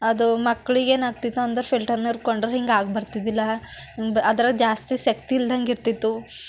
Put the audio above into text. ಅದು ಮಕ್ಳಿಗೇನಾಗ್ತಿತ್ತು ಅಂದ್ರೆ ಫಿಲ್ಟರ್ ನೀರು ಕೊಂಡ್ರೆ ಹೀಗೆ ಆಗ್ಬರ್ತಿದ್ದಿಲ್ಲ ಅದ್ರಾಗ ಜಾಸ್ತಿ ಶಕ್ತಿ ಇಲ್ದಂಗೆ ಇರ್ತಿತ್ತು